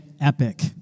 EPIC